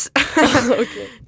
Okay